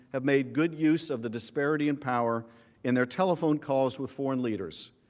have made good use of the disparity in power in their telephone calls with foreign leaders.